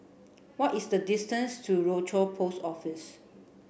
what is the distance to Rochor Post Office